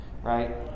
right